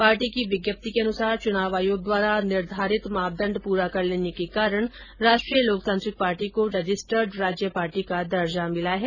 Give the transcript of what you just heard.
party की विज्ञप्ति के अनुसार चुनाव आयोग द्वारा निर्धारित मापदंड पूरा कर लेने के कारण राष्ट्रीय लोकतांत्रिक पार्टी को रजिस्टर्ड राज्य पार्टी का दर्जा मिला है